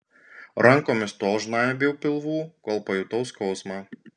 rankomis tol žnaibiau pilvų kol pajutau skausmą